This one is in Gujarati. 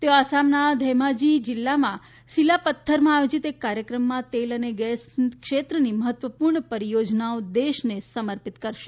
તેઓ આસામના ઘેમાજી જિલ્લામાં સિલાપત્થરમાં આયોજીત એક કાર્યક્રમમાં તેલ અને ગેસ ક્ષેત્રની મહત્વપૂર્ણ પરિયોજનાઓ દેશને સમર્પિત કરશે